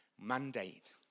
mandate